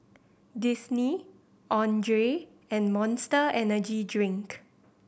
Disney Andre and Monster Energy Drink